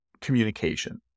communication